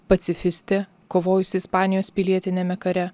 pacifistė kovojusi ispanijos pilietiniame kare